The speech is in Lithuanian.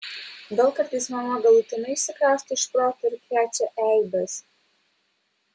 gal kartais mama galutinai išsikraustė iš proto ir krečia eibes